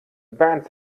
bērns